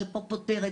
שפותרת,